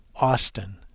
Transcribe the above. Austin